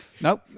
Nope